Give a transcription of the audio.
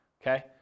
okay